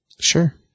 Sure